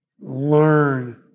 learn